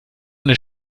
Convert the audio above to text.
eine